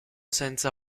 senza